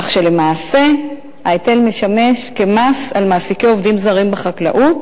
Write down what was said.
כך שלמעשה ההיטל משמש כמס על מעסיקי עובדים זרים בחקלאות